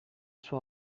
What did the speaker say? sua